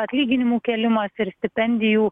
atlyginimų kėlimas ir stipendijų